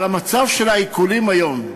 על המצב של העיקולים היום.